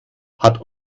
hat